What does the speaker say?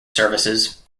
services